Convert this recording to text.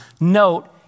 note